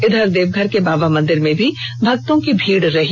इधर देवघर के बाबा मंदिर में भी भक्तों की भीड़ उमड़ी रही